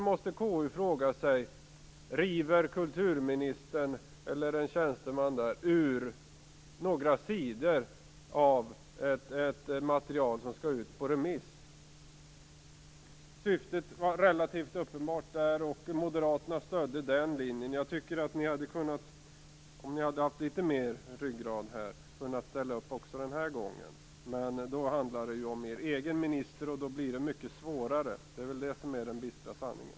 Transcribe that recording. KU måste fråga sig: Varför river kulturministern eller någon tjänsteman ur några sidor ur det material som skall skickas ut på remiss? Syftet var relativt uppenbart, och moderaterna stödde den linjen. Om ni hade haft litet mer ryggrad hade ni kunnat ställa upp också den här gången. Men nu handlar det ju om er egen minister, och då är det mycket svårare. Det är väl detta som är den bistra sanningen.